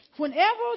Whenever